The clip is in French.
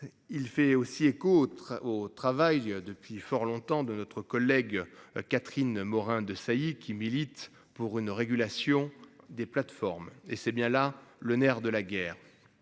Il fait aussi écho très au travail depuis fort longtemps de notre collègue Catherine Morin-Desailly qui militent pour une régulation des plateformes et c'est bien là le nerf de la guerre.